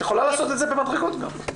את יכולה לעשות את זה במפתחות גם.